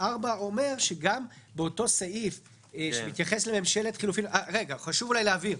סעיף 4 אומר שגם באותו סעיף שמתייחס לממשלת חילופים חשוב להבהיר: